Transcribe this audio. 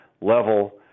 level